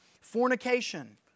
Fornication